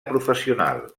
professional